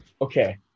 Okay